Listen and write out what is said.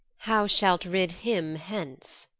how shalt rid him hence?